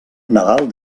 nadal